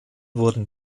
wurden